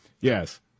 Yes